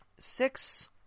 Six